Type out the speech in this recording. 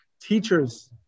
teachers